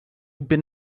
been